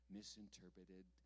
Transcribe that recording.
misinterpreted